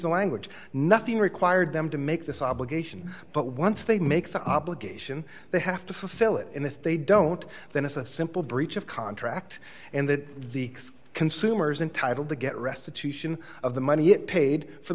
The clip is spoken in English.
the language nothing required them to make this obligation but once they make the obligation they have to fulfill it and if they don't then it's a simple breach of contract and that the consumer's entitled to get restitution of the money it paid for